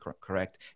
correct